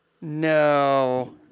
No